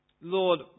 Lord